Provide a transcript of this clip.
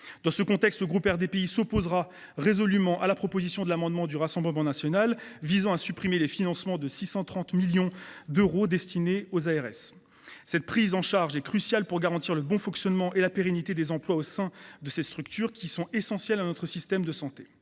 Dans ce contexte, le groupe RDPI s’opposera résolument à l’amendement n° II 122 des sénateurs du Rassemblement national visant à supprimer les financements de 630 millions d’euros destinés aux agences régionales de santé (ARS). Cette prise en charge est cruciale pour garantir le bon fonctionnement et la pérennité des emplois au sein de ces structures, qui sont essentielles à notre système de santé.